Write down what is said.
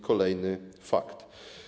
Kolejny fakt.